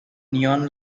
neon